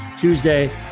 Tuesday